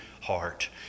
heart